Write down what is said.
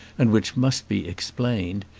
and which must be explained,